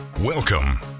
Welcome